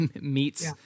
meets